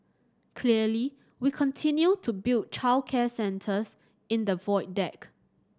clearly we continue to build childcare centres in the Void Deck